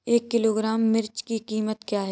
एक किलोग्राम मिर्च की कीमत क्या है?